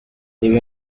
ibi